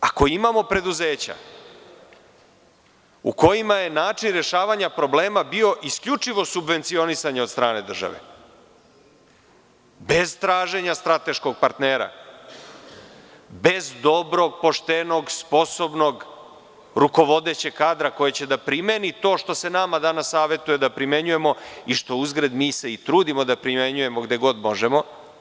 Ako imamo preduzeća u kojima je način rešavanja problema bio isključivo subvencionisanje od strane države bez traženja strateškog partnera, bez dobrog, poštenog, sposobnog rukovodećeg kadra koji će da primeni to što se nama danas savetuje da primenjujemo, i što uzgred, mi se i trudimo da primenjujemo gde god možemo.